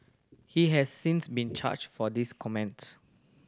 he has since been charged for this comments